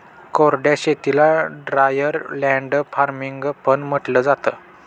कोरड्या शेतीला dryer land farming पण म्हंटलं जातं